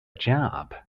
job